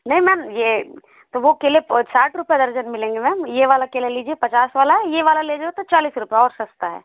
नहीं मैम यह तो वो केले साठ रूपये दर्जन मिलेंगे मैम यह वाला केला लीजिए पचास वाला यह वाला ले जाओ तो चालीस रूपये और सस्ता है